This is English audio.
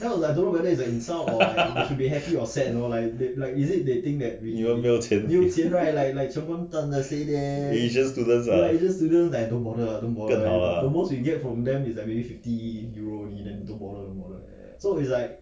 你们没有钱 we asian students ah ya err